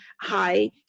high